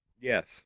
Yes